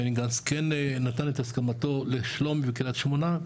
בני גנץ כן נתן את הסכמתו לשלומי וקריית שמונה,